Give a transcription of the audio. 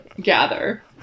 gather